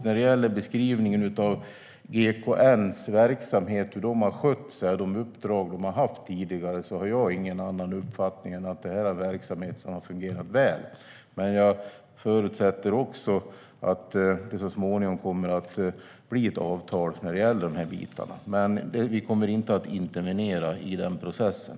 När det gäller beskrivningen av GKN:s verksamhet och hur det har skött de uppdrag det har haft tidigare har jag ingen annan uppfattning än att det är en verksamhet som har fungerat väl. Jag förutsätter också att det så småningom kommer att bli ett avtal om de bitarna. Men vi kommer inte att intervenera i den processen.